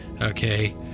okay